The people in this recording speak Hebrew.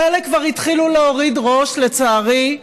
חלק כבר התחילו להוריד ראש, לצערי.